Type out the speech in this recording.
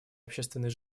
общественной